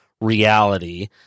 reality